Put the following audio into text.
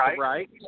right